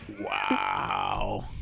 wow